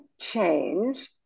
change